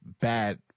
bad